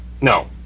no